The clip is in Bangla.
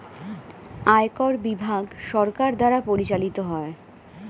আয়কর বিভাগ সরকার দ্বারা পরিচালিত হয়